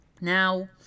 Now